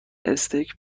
استیک